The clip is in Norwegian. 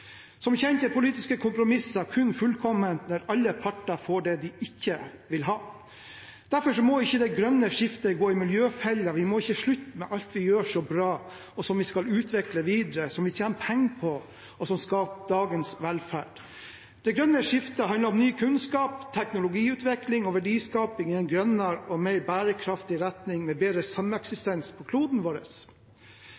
Som kjent er politiske kompromisser kun fullkomne når alle parter får det de ikke vil ha. Derfor må det grønne skiftet ikke gå i miljøfella. Vi må ikke slutte med alt vi gjør så bra, og som vi skal utvikle videre – som vi tjener penger på, og som skaper dagens velferd. Det grønne skiftet handler om ny kunnskap, teknologiutvikling og verdiskaping i en grønnere og mer bærekraftig retning, med bedre